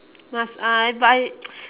must I but I